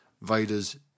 Vader's